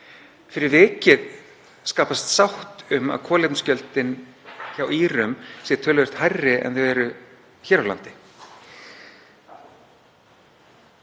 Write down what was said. Fyrir vikið skapast sátt um að kolefnisgjöldin hjá Írum séu töluvert hærri en þau eru hér á landi.